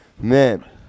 Man